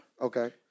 Okay